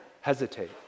hesitate